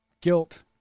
guilt